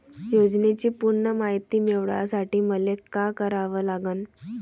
योजनेची पूर्ण मायती मिळवासाठी मले का करावं लागन?